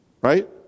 Right